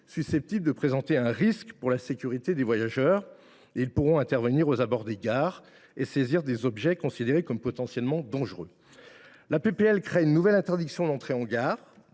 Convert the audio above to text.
susceptibles de présenter un risque pour la sécurité des voyageurs. Ils pourront en outre intervenir aux abords des gares et saisir des objets considérés comme potentiellement dangereux. La proposition de loi crée une nouvelle interdiction d’entrée en gare,